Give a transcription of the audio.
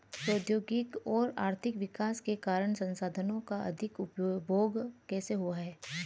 प्रौद्योगिक और आर्थिक विकास के कारण संसाधानों का अधिक उपभोग कैसे हुआ है?